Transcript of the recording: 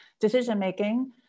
decision-making